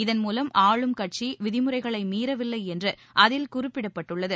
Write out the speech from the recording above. இதன் மூலம் ஆளும் கட்சி விதிமுறைகளை மீறவில்லை என்று அதில் குறிப்பிடப்பட்டுள்ளது